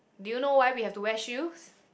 do you know why we have to wear shoes